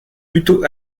plutôt